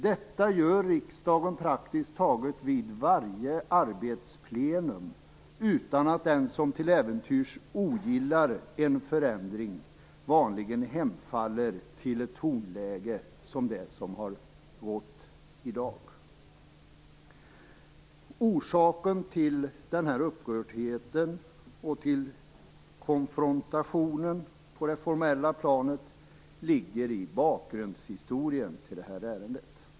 Detta gör riksdagen praktiskt taget vid varje arbetsplenum utan att den som till äventyrs ogillar en förändring vanligen hemfaller till ett tonläge som det som har rått i dag. Orsaken till upprördheten och till konfrontationen på det formella planet ligger i bakgrundshistorien till det här ärendet.